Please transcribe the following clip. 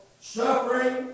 suffering